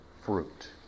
fruit